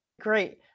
Great